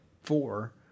four